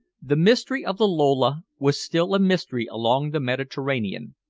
the mystery of the lola was still a mystery along the mediterranean.